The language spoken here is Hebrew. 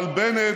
אבל בנט,